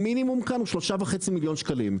המינימום כאן הוא 3.5 מיליון שקלים,